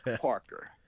Parker